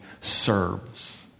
serves